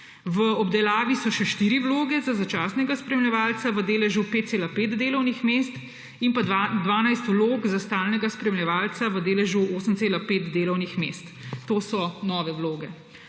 V obdelavi so še štiri vloge za začasnega spremljevalca v deležu 5,5 delovnega mesta in 12 vlog za stalnega spremljevalca v deležu 8,5 delovnega mesta. To so nove vloge.